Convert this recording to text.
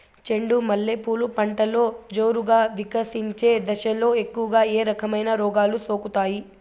చెండు మల్లె పూలు పంటలో జోరుగా వికసించే దశలో ఎక్కువగా ఏ రకమైన రోగాలు సోకుతాయి?